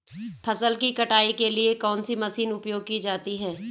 फसल की कटाई के लिए कौन सी मशीन उपयोग की जाती है?